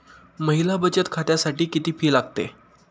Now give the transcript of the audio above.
महिला बचत खात्यासाठी किती फी लागते?